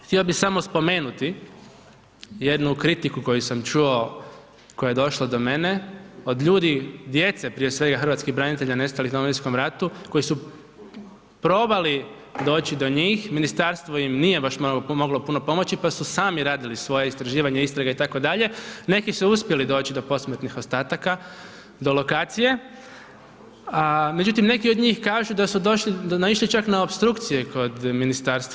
Htio bih samo spomenuti jednu kritiku koju sam čuo koja je došla do mene od ljudi, djece prije svega Hrvatskih branitelja nestalih u Domovinskom ratu koji su probali doći do njih, ministarstvo im nije baš moglo puno pomoći, pa su sami radili svoje istraživanje, istraga itd., neki su uspjeli doći do posmrtnih ostataka, do lokacija, međutim neki od njih kažu da su došli, naišli čak na opstrukciju i kod ministarstva.